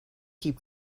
keep